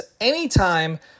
anytime